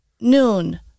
noon